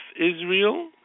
Israel